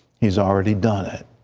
he's already done it.